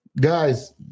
Guys